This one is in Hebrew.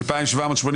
הצבעה לא אושרה.